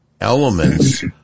elements